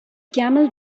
camel